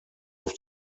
auf